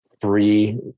three